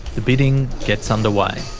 the bidding gets underway,